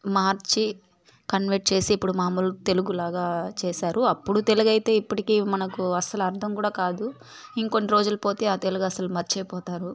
మార్చి convert చేసి ఇప్పుడు మామూలు తెలుగులాగ చేసారు అప్పడు తెలుగయితే ఇప్పటికీ మనకూ అస్సలు అర్ధం కూడా కాదు ఇంకొన్నిరోజులు పోతే ఆ తెలుగు అస్సలు మర్చేపోతారు